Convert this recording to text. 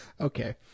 Okay